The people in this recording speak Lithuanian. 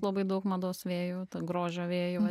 labai daug mados vėjų tą grožio vėjų